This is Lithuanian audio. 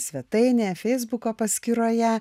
svetainėje feisbuko paskyroje